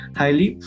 highly